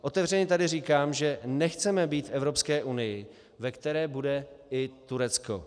Otevřeně tady říkám, že nechceme být v Evropské unii, ve které bude i Turecko.